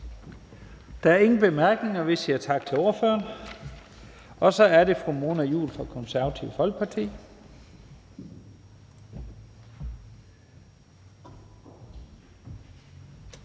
Der er ingen korte bemærkninger. Vi siger tak til ordføreren. Så er det fru Mona Juul fra Det Konservative Folkeparti.